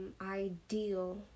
ideal